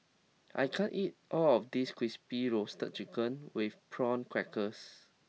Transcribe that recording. I can't eat all of this crispy roasted chicken with prawn crackers